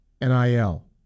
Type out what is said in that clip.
NIL